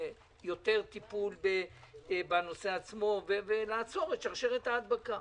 יותר טיפול ולעצור את שרשרת ההדבקה.